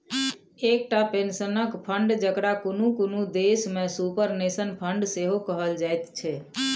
एकटा पेंशनक फंड, जकरा कुनु कुनु देश में सुपरनेशन फंड सेहो कहल जाइत छै